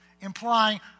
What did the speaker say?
Implying